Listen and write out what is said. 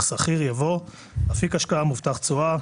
סחיר" יבוא - "אפיק השקעה מובטח תשואה",